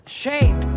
shape